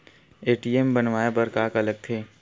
ATM बनवाय बर का का लगथे?